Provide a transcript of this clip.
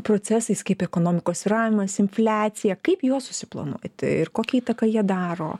procesais kaip ekonomikos svyravimas infliacija kaip juos susiplanuoti ir kokią įtaką jie daro